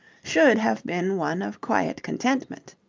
should have been one of quiet contentment.